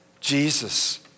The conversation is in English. Jesus